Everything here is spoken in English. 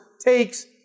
takes